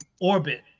orbit